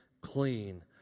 clean